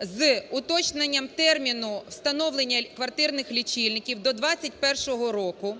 з уточненням терміну встановлення квартирних лічильників до 2021 року.